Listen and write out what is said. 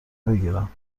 بگیرم